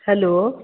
hello